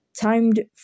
Timed